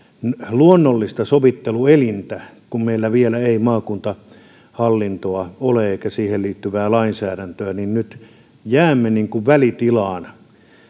luonnollista sovitteluelintä kun meillä vielä ei maakuntahallintoa ole eikä siihen liittyvää lainsäädäntöä ja nyt jäämme niin kuin välitilaan